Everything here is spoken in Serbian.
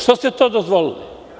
Što ste to dozvolili?